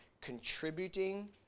contributing